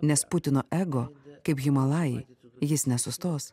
nes putino ego kaip himalajai jis nesustos